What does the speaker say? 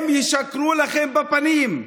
הם ישקרו לכם בפנים.